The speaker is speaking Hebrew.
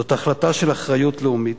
זאת החלטה של אחריות לאומית,